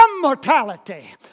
immortality